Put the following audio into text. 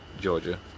Georgia